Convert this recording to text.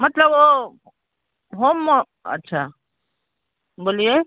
मतलब वो होमव अच्छा बोलिए